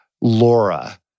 Laura